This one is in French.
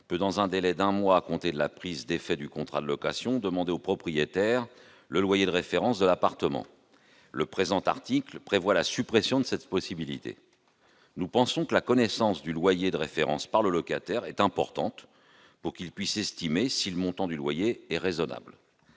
peut, dans un délai d'un mois à compter de la prise d'effet du contrat de location, demander au propriétaire le loyer de référence de l'appartement. Le présent article prévoit la suppression de cette possibilité. Nous pensons que la connaissance du loyer de référence est importante pour que le locataire puisse estimer si le montant de son loyer est raisonnable.